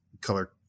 color